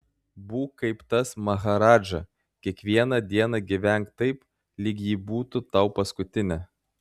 būk kaip tas maharadža kiekvieną dieną gyvenk taip lyg ji būtų tau paskutinė